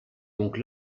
donc